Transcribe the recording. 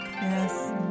yes